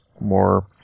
more